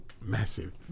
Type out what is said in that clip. Massive